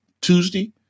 Tuesday